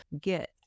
get